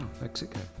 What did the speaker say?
mexico